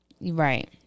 right